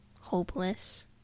hopeless